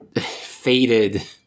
faded